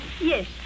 Yes